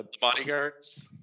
bodyguards